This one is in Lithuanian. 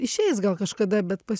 išeis gal kažkada bet pas